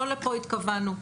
לא לפה התכוונו,